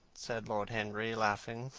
said lord henry, laughing,